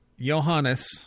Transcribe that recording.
Johannes